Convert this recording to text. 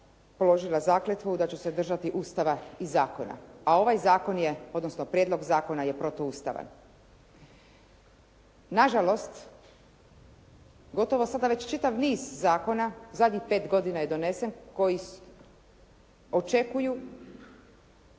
položila zakletvu da ću se držati Ustava i zakona, a ovaj zakon je, odnosno prijedlog zakona je protuustavan. Na žalost gotovo sada već čitav niz zakona zadnjih pet godina je donesen, koji očekuju